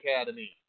Academy